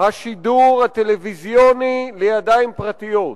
השידור הטלוויזיוני לידיים פרטיות.